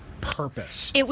purpose